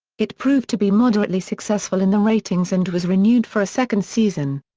it proved to be moderately successful in the ratings and was renewed for a second season.